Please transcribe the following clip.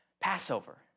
Passover